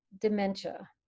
dementia